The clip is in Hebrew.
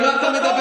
על מה אתה מדבר?